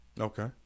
Okay